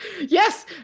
yes